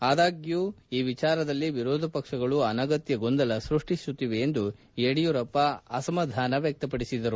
ಆದಾಗ್ಕೂ ಈ ವಿಚಾರದಲ್ಲಿ ವಿರೋಧ ಪಕ್ಷಗಳು ಅನಗತ್ಯ ಗೊಂದಲ ಸೃಷ್ಟಿಸುತ್ತಿವೆ ಎಂದು ಯಡಿಯೂರಪ್ಪ ಅಸಮಾಧಾನ ವ್ಯಕ್ತಪಡಿಸಿದರು